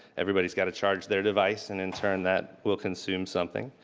everybody's gotta charge their device and in turn that will consume something.